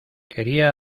quería